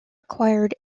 acquired